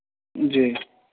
जी